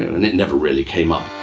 and it never really came up